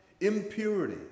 impurity